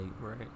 right